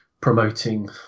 promoting